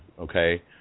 okay